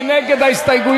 מי נגד ההסתייגויות?